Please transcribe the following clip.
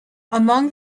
among